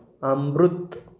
अमृत